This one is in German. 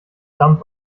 dampf